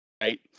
right